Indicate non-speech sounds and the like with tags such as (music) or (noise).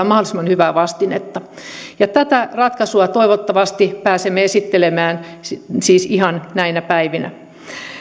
(unintelligible) mahdollisimman hyvää vastinetta tätä ratkaisua toivottavasti pääsemme esittelemään siis ihan näinä päivinä